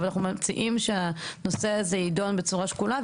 אבל אנחנו מציעים שהנושא הזה יידון בצורה שקולה,